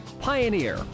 Pioneer